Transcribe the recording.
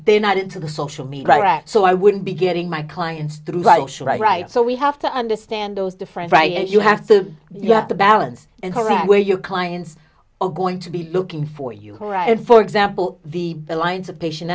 they're not into the social media so i wouldn't be getting my clients to like right so we have to understand those different right and you have to you have to balance and correct where your clients are going to be looking for you and for example the lines of patient